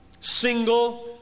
single